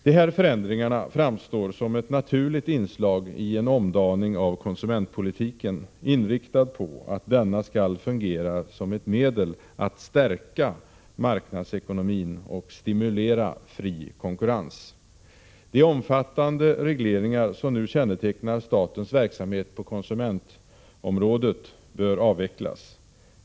De här förändringarna framstår som ett naturligt inslag i en omdaning av konsumentpolitiken, inriktad på att denna skall fungera som ett medel att 39 stärka marknadsekonomin och stimulera fri konkurrens. De omfattande regleringar som nu kännetecknar statens verksamhet på konsumentområdet bör avvecklas.